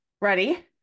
ready